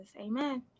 amen